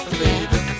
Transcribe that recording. baby